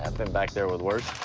and been back there with worse.